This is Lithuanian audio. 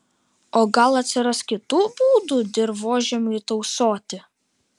o gal atsiras kitų būdų dirvožemiui tausoti